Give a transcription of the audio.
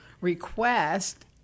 request